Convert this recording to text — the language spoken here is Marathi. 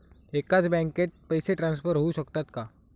एकाच बँकेत पैसे ट्रान्सफर होऊ शकतात का?